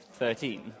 2013